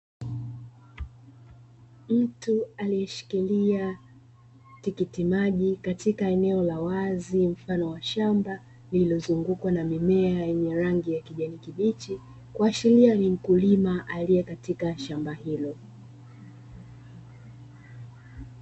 Mtu aliyeshikilia tikiti maji katika eneo la wazi mfano wa shamba, lililozungukwa na mimea yenye rangi ya kijani kibichi, kuashiria ni mkulima aliye katika shamba hilo.